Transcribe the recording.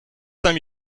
saint